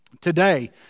today